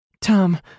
Tom